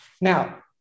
Now